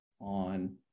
on